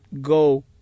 go